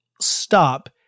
stop